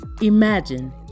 Imagine